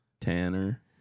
Tanner